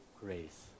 grace